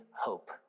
hope